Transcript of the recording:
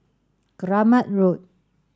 Keramat Road